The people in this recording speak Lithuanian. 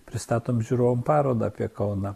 pristatom žiūrovam parodą apie kauną